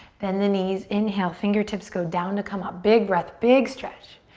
bend the knees. inhale, fingertips go down to come up. big breath, big stretch.